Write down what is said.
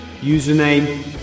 Username